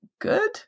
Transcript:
good